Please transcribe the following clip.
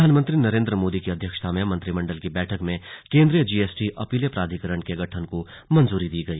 प्रधानमंत्री नरेंद्र मोदी की अध्यक्षता में मंत्रिमंडल की बैठक में केंद्रीय जीएसटी अपीलीय प्राधिकरण के गठन को मंजूरी दी गई